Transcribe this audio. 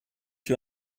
you